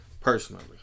personally